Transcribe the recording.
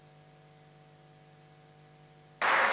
Hvala.